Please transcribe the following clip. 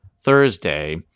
Thursday